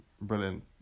brilliant